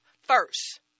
first